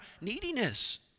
neediness